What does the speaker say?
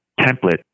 template